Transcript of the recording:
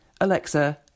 Alexa